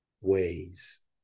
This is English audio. ways